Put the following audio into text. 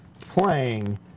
playing